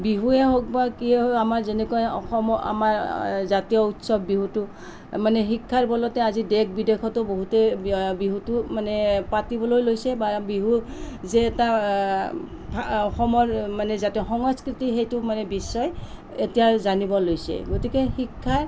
বিহুৱে হওক বা কিয়েই হওক আমাৰ যেনেকুৱা অসমৰ আমাৰ জাতীয় উৎসৱ বিহুটো মানে শিক্ষাৰ বলতে আজি দেশ বিদেশত বহুতে বিহুটো মানে পাতিবলৈ লৈছে বা বিহু যে এটা অসমৰ মানে জাতীয় সংস্কৃতি সেইটো মানে বিশ্বই এতিয়া জানিবলৈ লৈছে গতিকে শিক্ষাই